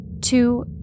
Two